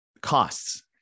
costs